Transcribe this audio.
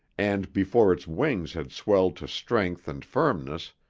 and before its wings had swelled to strength and firmness,